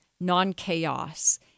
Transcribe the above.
non-chaos